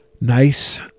Nice